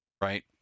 right